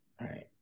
right